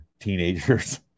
teenagers